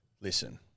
Listen